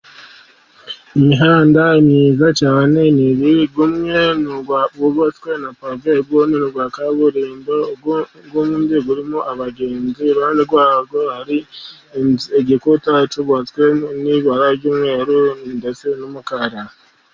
Imihanda myiza cyane, ni ibiri umwe wubatswe na pave uwundi ni uwa kaburimbo, uwundi urimo abagenzi, iruhande rwawo hari igikuta cyubatswe n'ibara ry'umweru ndetse n'umukara.